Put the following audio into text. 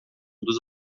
dos